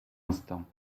instant